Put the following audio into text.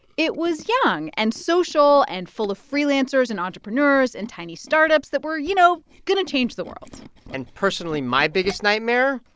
it was young and social and full of freelancers and entrepreneurs and tiny startups that were, you know, going to change the world and personally, my biggest nightmare,